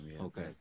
Okay